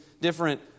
different